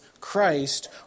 Christ